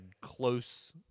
close